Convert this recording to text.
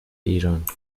ایران